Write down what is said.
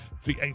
See